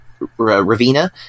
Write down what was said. Ravina